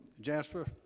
Jasper